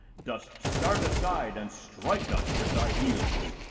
dost start aside and strike us with thy heels!